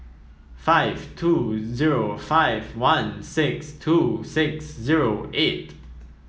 five two zero five one six two six zero eight